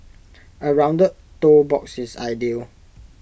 A rounded toe box is ideal